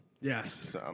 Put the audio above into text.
Yes